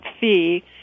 fee